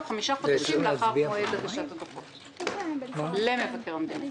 חמישה חודשים לאחר מועד הגשת הדוחות למבקר המדינה.